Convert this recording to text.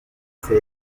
ifite